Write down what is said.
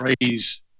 phrase